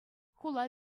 хула